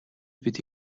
бид